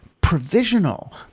provisional